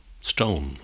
stone